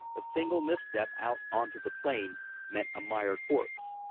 a single misstep out on to the plain meant a mired horse.